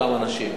אותם אנשים,